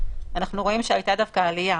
אנחנו רואים שהייתה דווקא עלייה.